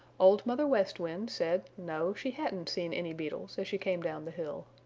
old mother west wind said, no, she hadn't seen any beetles as she came down the hill.